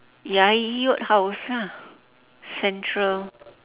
ya yot house lah central